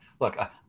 look